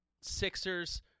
Sixers